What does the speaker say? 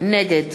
נגד